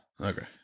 Okay